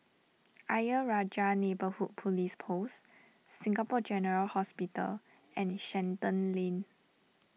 Ayer Rajah Neighbourhood Police Post Singapore General Hospital and Shenton Lane